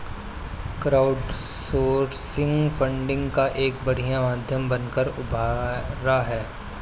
crowdsourcing funding का एक बढ़िया माध्यम बनकर उभरा है